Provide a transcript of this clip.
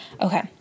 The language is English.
okay